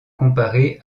comparer